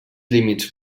límits